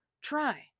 try